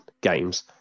games